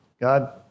God